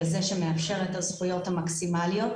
אלא זה שמאפשר את הזכויות המקסימליות.